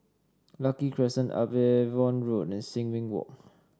Lucky Crescent Upavon Road and Sin Ming Walk